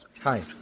Hi